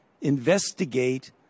investigate